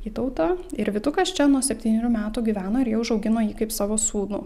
vytautą ir vytukas čia nuo septynerių metų gyveno ir jie užaugino jį kaip savo sūnų